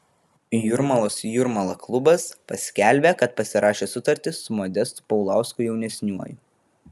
jūrmalos jūrmala klubas paskelbė kad pasirašė sutartį su modestu paulausku jaunesniuoju